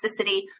toxicity